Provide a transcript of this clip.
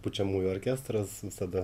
pučiamųjų orkestras visada